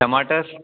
टमाटर